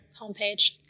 homepage